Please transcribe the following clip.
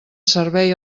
servei